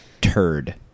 turd